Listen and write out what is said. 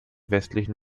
westlichen